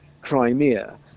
Crimea